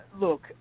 look